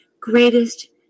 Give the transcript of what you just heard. greatest